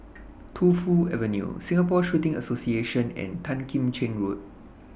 Tu Fu Avenue Singapore Shooting Association and Tan Kim Cheng Road